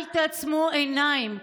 אל תעצמו עיניים,